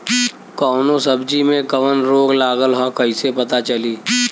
कौनो सब्ज़ी में कवन रोग लागल ह कईसे पता चली?